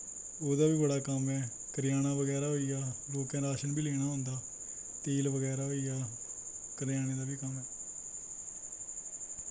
ते ओह्दा बी बड़ा कम्म ऐ करेयाना बगैरा होई गेआ लोकें राशन बी लेना होंदा तेल बगेरा बी होई गेआ करेयाना दा बी कम्म ऐ